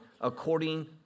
according